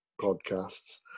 podcasts